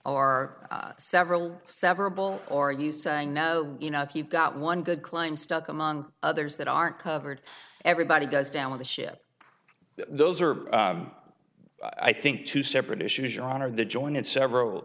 are several several or are you saying no you know if you've got one good claim stuck among others that aren't covered everybody goes down with the ship those are i think two separate issues your honor the joint and several